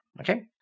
Okay